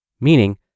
Meaning